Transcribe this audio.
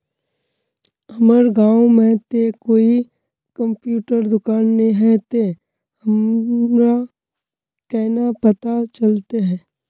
हमर गाँव में ते कोई कंप्यूटर दुकान ने है ते हमरा केना पता चलते है?